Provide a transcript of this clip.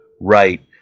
right